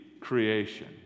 creation